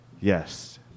Yes